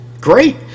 great